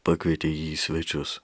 pakvietė jį į svečius